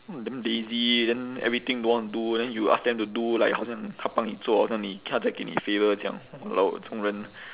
damn lazy then everything don't want to do then you ask them do like 好像他帮你做好像你他在给你 favour 这样 !walao! 这种人